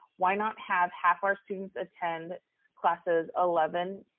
why not have half our students attend classes eleven,